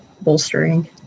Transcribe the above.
bolstering